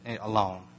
alone